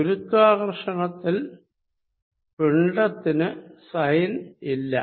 ഗുരുത്വകർഷണത്തിൽ പിണ്ഡത്തിന് സൈൻ ഇല്ല